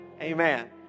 Amen